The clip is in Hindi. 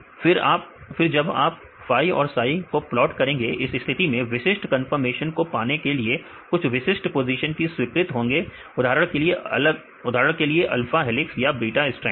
फिर जब आप फाई और साई को प्लॉट करेंगे इस स्थिति में विशिष्ट कन्फर्मेशन को पाने के लिए कुछ विशिष्ट पोजीशन ही स्वीकृत होंगे उदाहरण के लिए अल्फा हेलिक्स या बीटा स्ट्रैंड